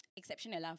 exceptional